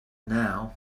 now